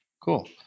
cool